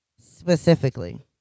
specifically